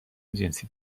جنسی